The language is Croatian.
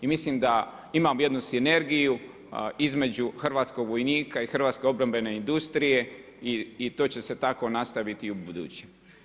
I mislim da imamo jednu sinergiju između hrvatskog vojnika i hrvatske obrambene industrije i to će se tako nastaviti i u buduće.